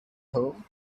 home